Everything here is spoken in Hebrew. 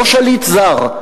לא שליט זר.